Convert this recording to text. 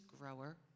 grower